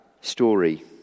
story